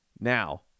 Now